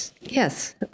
Yes